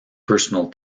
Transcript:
personal